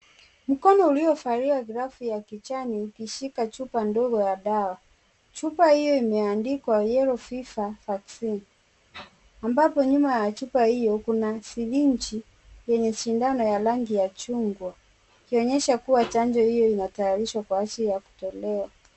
Mkono uliovalia glavu ya kijani ikishika chupa ndogo ya dawa. Chupa hiyo imeandikwa yellow fever vaccine ambapo nyuma ya chupa hiyo kuna sirinji yenye sindano ya rangi ya chungwa. Ikionyesha kuwa chanjo hiyo inatayarishwa kwa ajili ya kutolewa.